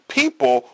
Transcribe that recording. people